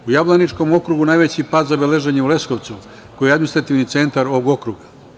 U Jablaničkom okrugu najveći pad zabeležen je u Leskovcu, koji je administrativni centar ovog okruga.